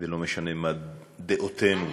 ולא משנה מה דעותינו, למשפחת אבו קוידר.